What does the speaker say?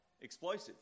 explosive